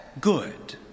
good